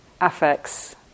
affects